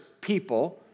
people